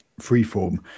Freeform